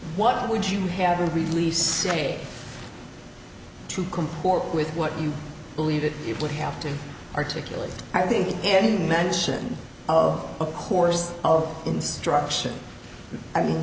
what would you have released say to comport with what you believe that you would have to articulate i think any mention of a course of instruction i mean